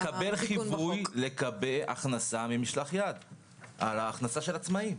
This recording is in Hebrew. שנקבל חיווי לגבי הכנסה ממשלח-יד על ההכנסה של עצמאים,